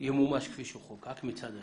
ימומש כפי שהוא חוקק, מצד אחד.